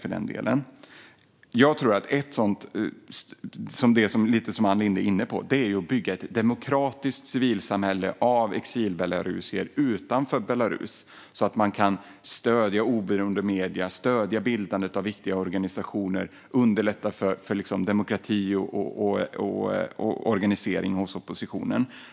Som Ann Linde är inne på handlar det om att bygga ett demokratiskt civilsamhälle av exilbelarusier utanför Belarus så att vi kan stödja oberoende medier och bildandet av viktiga organisationer och underlätta demokratisering och organisering för oppositionen.